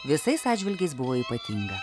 visais atžvilgiais buvo ypatinga